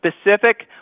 specific